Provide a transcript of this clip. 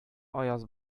аяз